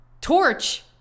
torch